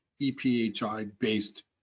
EPHI-based